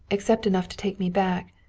except enough to take me back.